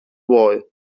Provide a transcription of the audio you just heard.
boy